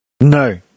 No